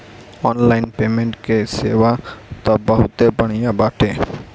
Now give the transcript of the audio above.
online payment कअ सेवा तअ बहुते बढ़िया बाटे